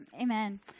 Amen